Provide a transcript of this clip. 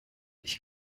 ich